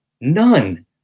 None